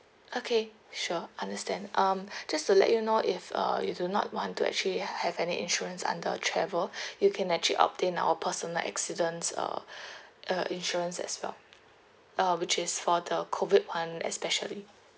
okay sure understand um just to let you know if uh you do not want to actually have any insurance under travel you can actually obtain our personal accidents uh uh insurance as well ah which is for the COVID one especially